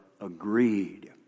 agreed